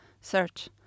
search